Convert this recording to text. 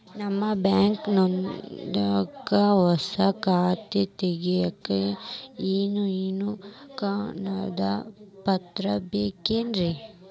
ನಿಮ್ಮ ಬ್ಯಾಂಕ್ ನ್ಯಾಗ್ ಹೊಸಾ ಖಾತೆ ತಗ್ಯಾಕ್ ಏನೇನು ಕಾಗದ ಪತ್ರ ಬೇಕಾಗ್ತಾವ್ರಿ?